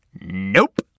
Nope